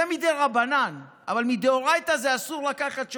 זה מדרבנן, אבל מדאורייתא זה שאסור לקחת שוחד.